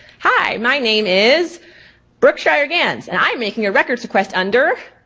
hi, my name is brooke schreier ganz, and i'm making a records request under,